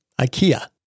IKEA